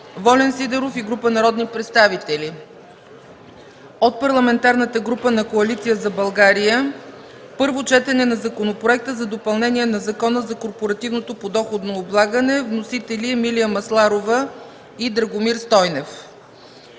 Волен Сидеров и група народни представители. От Парламентарната група на Коалиция за България: 3. Първо четене на Законопроекта за допълнение на Закона за корпоративното подоходно облагане. Вносители – Емилия Масларова и Драгомир Стойнев.